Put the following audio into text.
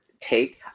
take